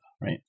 right